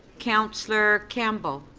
councillor campbell?